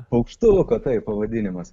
paukštuko taip pavadinimas